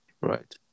Right